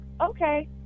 okay